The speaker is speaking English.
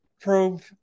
probe